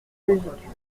logique